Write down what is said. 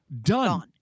Done